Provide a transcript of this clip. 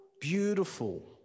beautiful